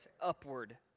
Upward